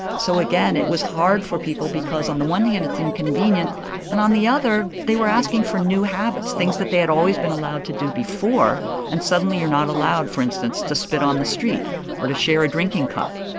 so, again, it was hard for people because, on the one hand, it's inconvenient and, on the other, they were asking for new habits, things that they had always been allowed to do before and suddenly you're not allowed, for instance, to spit on the street or to share a drinking cup.